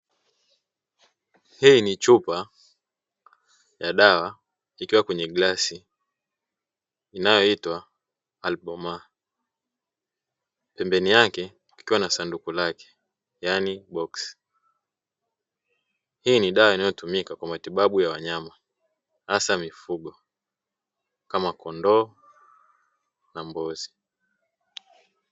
Hii ni chupa ya dawa ikiwa kwenye glasi inayoitwa "Albomar", pembeni yake kukiwa na sanduku lake yaani boksi. Hii ni dawa inayotumika kwa matibabu ya wanyama hasa mifugo kama kondoo na mbuzi.